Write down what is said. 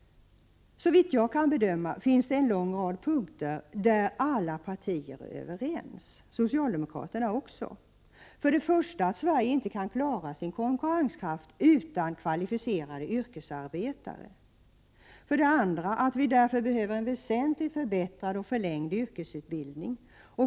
Såvitt jag kan bedöma finns det en lång rad punkter där alla partier är överens — socialdemokraterna också. För det första kan inte Sverige klara sin konkurrenskraft utan kvalificerade yrkesarbetare. För det andra behöver vi en väsentligt förbättrad och förlängd yrkesutbildning.